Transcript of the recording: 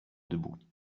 debout